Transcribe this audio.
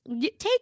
take